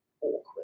awkward